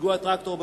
פיגוע הטרקטור,